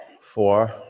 four